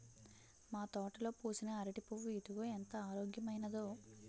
మా తోటలో పూసిన అరిటి పువ్వు ఇదిగో ఎంత ఆరోగ్యమైనదో